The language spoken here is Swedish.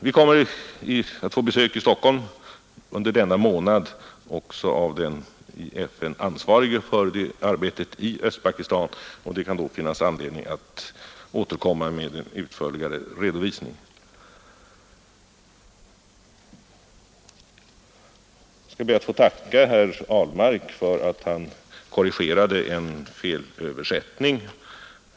Vi kommer att få besök i Stockholm under denna månad av den i FN ansvarige för arbetet i Östpakistan, och det kan då finnas anledning att återkomma med en utförligare redovisning. Jag ber att få tacka herr Ahlmark för att han korrigerade en felöversättning.